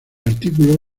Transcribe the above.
artículo